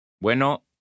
Bueno